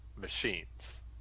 machines